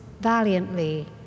valiantly